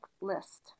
list